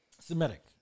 Semitic